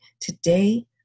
Today